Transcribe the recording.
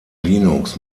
linux